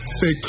say